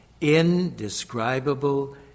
indescribable